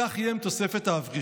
כך יהיה עם תוספת האברכים.